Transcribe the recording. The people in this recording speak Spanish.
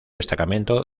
destacamento